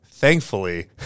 Thankfully